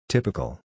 Typical